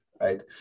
right